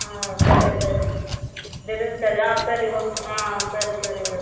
ஆ சரி சரி delivery charge ஆ சரி ஓகே ஆ சரி சரி ஓ